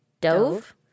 Dove